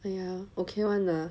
!aiya! ok [one] lah